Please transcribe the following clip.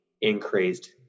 increased